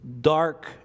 dark